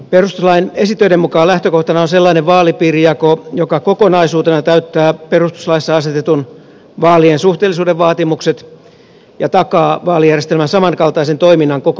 perustuslain esitöiden mukaan lähtökohtana on sellainen vaalipiirijako joka kokonaisuutena täyttää perustuslaissa asetetun vaalien suhteellisuuden vaatimukset ja takaa vaalijärjestelmän samankaltaisen toiminnan koko maassa